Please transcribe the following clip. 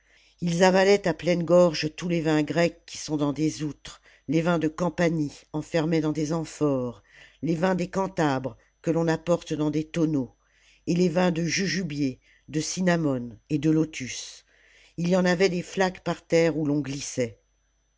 ils avalaient à pleine gorge tous les vins grecs qui sont dans des outres les vins de campanie enfermés dans des amphores les vins des cantabres que l'on apporte dans des tonneaux et les vins de jujubier de cinnamome et de lotus ii y en avait des flaques par terre oii l'on glissait